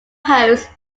host